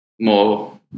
more